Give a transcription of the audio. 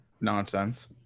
nonsense